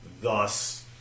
thus